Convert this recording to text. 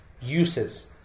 Uses